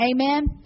Amen